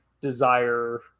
Desire